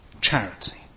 charity